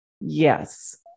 Yes